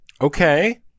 Okay